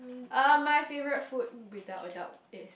uh my favourite food without a doubt is